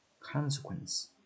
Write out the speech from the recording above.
Consequence